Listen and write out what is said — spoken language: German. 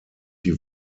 die